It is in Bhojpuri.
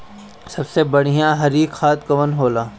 सबसे बढ़िया हरी खाद कवन होले?